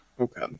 Okay